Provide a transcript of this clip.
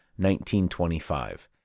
1925